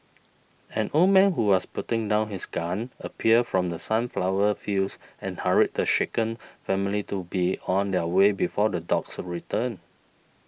an old man who was putting down his gun appeared from the sunflower fields and hurried the shaken family to be on their way before the dogs return